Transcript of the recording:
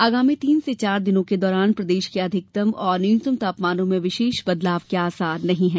आगामी तीन से चार दिनों के दौरान प्रदेश के अधिकतम एवं न्यूनतम तापमानों में विशष बदलाव के आसार नहीं है